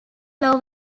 low